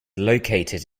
located